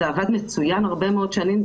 זה עבד מצוין הרבה מאוד שנים,